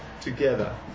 together